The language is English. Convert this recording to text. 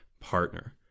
partner